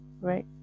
right